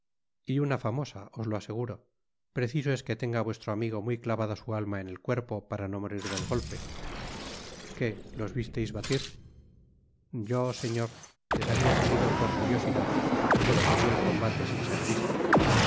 y una famosa os lo aseguro preciso es que tenga vuestro amigo muy clavada su alma en el cuerpo para no morir del golpe qué los visteis batir yo señor les habia seguido por curiosidad de modo que vi el combate sin ser visto